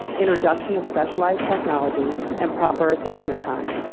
introduction of specialized technology, and proper assessment time,